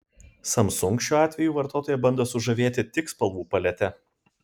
samsung šiuo atveju vartotoją bando sužavėti tik spalvų palete